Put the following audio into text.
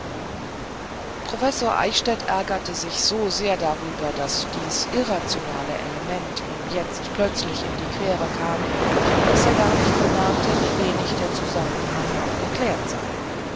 professor eichstädt ärgerte sich so sehr darüber daß dies irrationelle element ihm jetzt plötzlich in die quere kam daß er gar nicht bemerkte wie wenig der zusammenhang noch geklärt sei